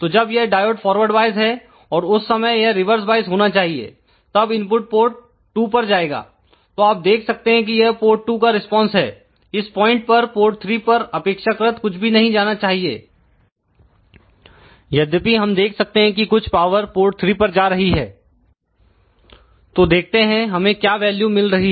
तो जब यह डायोड फॉरवर्ड वाइस है और उस समय यह रिवर्स वॉइस होना चाहिए तब इनपुट पोर्ट 2 पर जाएगा तो आप देख सकते हैं कि यह पोर्ट 2 का रिस्पांस है इस पॉइंट पर पोर्ट 3 पर अपेक्षाकृत कुछ भी नहीं जाना चाहिए यद्यपि हम देख सकते हैं कि कुछ पवर पोर्ट 3 पर जा रही है तो देखते हैं हमें क्या वैल्यू मिल रही हैं